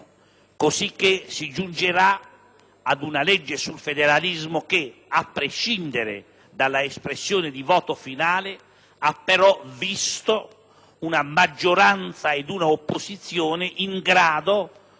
cosicché si giungerà ad una legge sul federalismo che, a prescindere dall'espressione del voto finale, dovrà visto una maggioranza e un'opposizione in grado